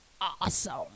awesome